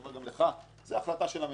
זו החלטה של הממשלה.